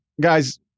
guys